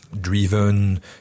driven